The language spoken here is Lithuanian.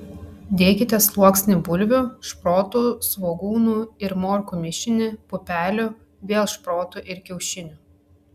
dėkite sluoksnį bulvių šprotų svogūnų ir morkų mišinį pupelių vėl šprotų ir kiaušinių